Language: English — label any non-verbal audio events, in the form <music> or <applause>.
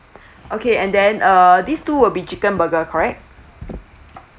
<breath> okay and then uh these two will be chicken burger correct